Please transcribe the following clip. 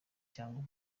cyangwa